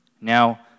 Now